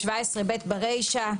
ב-17ב ברישא,